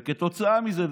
וכתוצאה מזה,